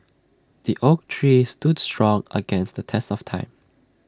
the oak tree stood strong against the test of time